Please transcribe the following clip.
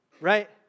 right